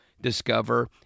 discover